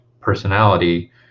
personality